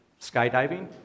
skydiving